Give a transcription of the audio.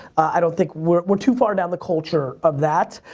i don't think, we're we're too far down the culture of that.